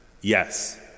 Yes